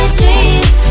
dreams